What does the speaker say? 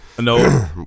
No